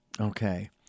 Okay